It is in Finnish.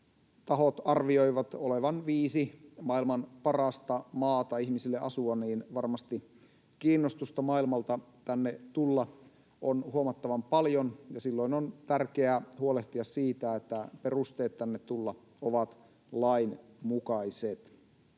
tahot arvioivat olevan viisi maailman parasta maata ihmisille asua. Varmasti kiinnostusta maailmalta tänne tulla on huomattavan paljon, ja silloin on tärkeää huolehtia siitä, että perusteet tulla tänne ovat lain mukaiset.